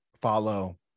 follow